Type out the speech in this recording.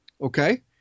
Okay